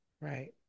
Right